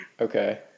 Okay